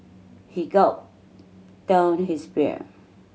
he gulped down his beer